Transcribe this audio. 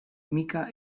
micka